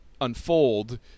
unfold